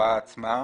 בהוראה עצמה.